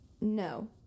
no